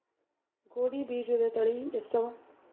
ಗೋಧಿ ಬೀಜುದ ತಳಿ ಎಷ್ಟವ?